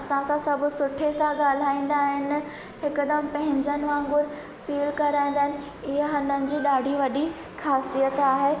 असांसां सभु सुठे सां ॻाल्हाईंदा आहिनि हिकदम पंहिंजनि वांगुरु फील कराईंदा आहिनि इहा हिननि जी ॾाढी वॾी ख़ासियत आहे